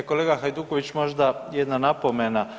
E kolega Hajduković možda jedna napomena.